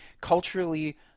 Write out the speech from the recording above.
culturally